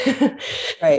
right